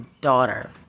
daughter